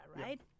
right